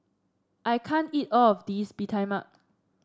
I can't eat all of this Bee Tai Mak